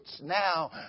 now